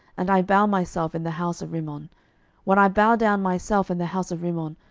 and i bow myself in the house of rimmon when i bow down myself in the house of rimmon,